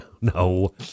no